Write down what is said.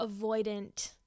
avoidant